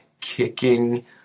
kicking